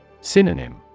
Synonym